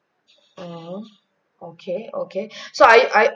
mmhmm okay okay so I I